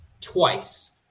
twice